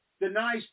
denies